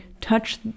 touch